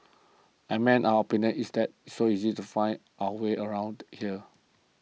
I mean our opinion is that so easy to find our way around here